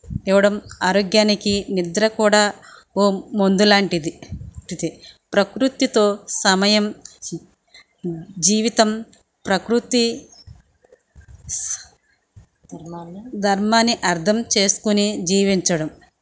ఇవ్వడం ఆరోగ్యానికి నిద్ర కూడా ఓ మందు లాంటిది ప్రకృతితో సమయం జీవితం ప్రకృతి ధర్మాన్ని అర్థం చేసుకుని జీవించడం